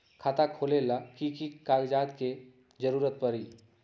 खाता खोले ला कि कि कागजात के जरूरत परी?